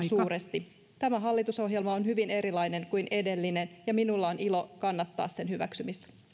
suuresti tämä hallitusohjelma on hyvin erilainen kuin edellinen ja minulla on ilo kannattaa sen hyväksymistä